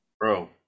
bro